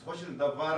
בסופו של דבר,